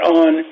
on